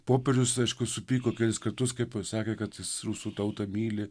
popierius aišku supyko kelis kartus kai pasakė kad rusų tauta myli